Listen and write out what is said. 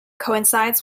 coincides